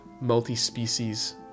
multi-species